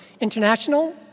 International